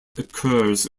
occurs